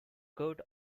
court